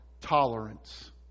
tolerance